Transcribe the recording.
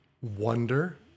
wonder